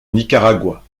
nicaragua